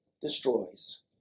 destroys